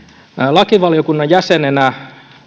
lakivaliokunnan jäsenenä